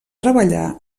treballar